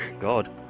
God